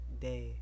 day